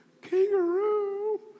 kangaroo